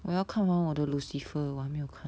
我要看完我的 lucifer 我没有看